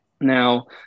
now